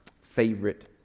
favorite